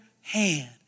hand